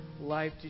life